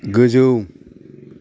गोजौ